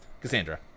Cassandra